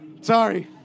sorry